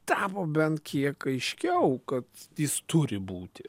tapo bent kiek aiškiau kad jis turi būti